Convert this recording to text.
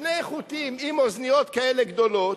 שני חוטים עם אוזניות כאלה גדולות,